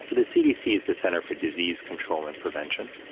so the cdc is the center for disease control and prevention.